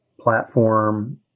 platform